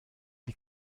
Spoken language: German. die